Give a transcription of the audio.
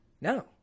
No